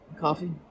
Coffee